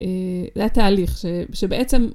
לתהליך שבעצם.